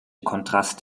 kontrast